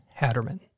Hatterman